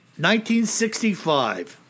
1965